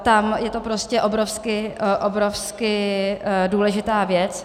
Tam je to prostě obrovsky, obrovsky důležitá věc.